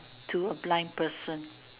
to a blind person